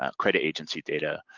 um credit agency data,